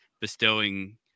bestowing